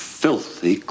filthy